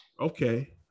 Okay